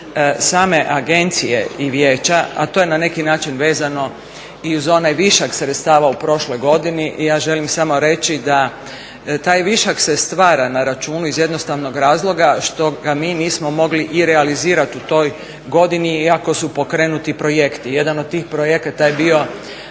same Agencije i Vijeća a to je na neki način vezano i uz onaj višak sredstava u prošloj godini i ja želim samo reći da taj višak se stvara na računu iz jednostavno razloga što ga mi nismo mogli i realizirati u toj godini iako su pokrenuti projekti. Jedan od tih projekata je bio